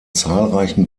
zahlreichen